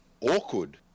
awkward